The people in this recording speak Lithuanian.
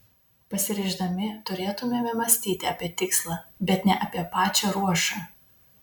pasiryždami turėtumėme mąstyti apie tikslą bet ne apie pačią ruošą